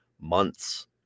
months